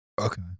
okay